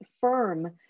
firm